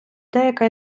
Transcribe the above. деяка